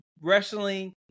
wrestling